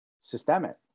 systemic